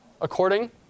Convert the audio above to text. According